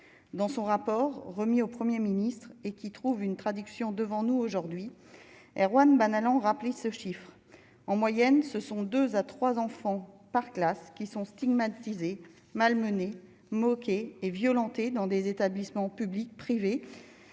dans son rapport remis au 1er ministre et qui trouve une traduction devant nous aujourd'hui Erwan allons rappeler se chiffrent en moyenne, ce sont 2 à 3 enfants par classe qui sont stigmatisés malmené moqué et violenté dans des établissements publics, privés,